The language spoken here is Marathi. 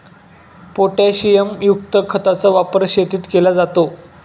पोटॅशियमयुक्त खताचा वापर शेतीत केला जातो